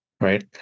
right